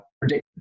predict